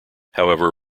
however